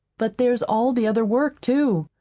but there's all the other work, too.